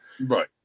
Right